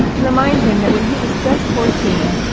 to remind him that when he was just fourteen,